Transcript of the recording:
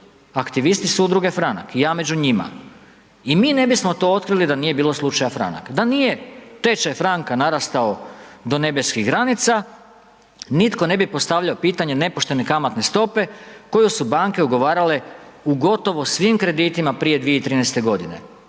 aktivisti su Udruge Franak, i ja među njima, i mi ne bismo to otkrili da nije bilo Slučaja Franak, da nije tečaj franka narastao do nebeskih granica, nitko ne bi postavljao pitanje nepoštene kamatne stope koju su Banke ugovarale u gotovo svim kreditima prije 2013.-te godine,